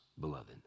beloved